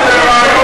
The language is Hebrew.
רעיון